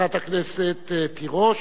חברת הכנסת תירוש,